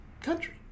country